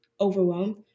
overwhelmed